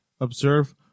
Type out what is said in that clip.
Observe